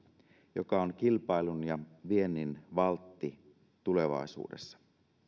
joka on kilpailun ja viennin valtti tulevaisuudessa